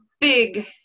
big